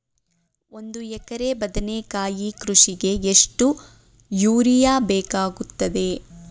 ಒಂದು ಎಕರೆ ಬದನೆಕಾಯಿ ಕೃಷಿಗೆ ಎಷ್ಟು ಯೂರಿಯಾ ಬೇಕಾಗುತ್ತದೆ?